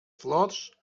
flors